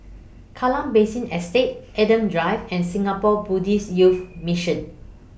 Kallang Basin Estate Adam Drive and Singapore Buddhist Youth Mission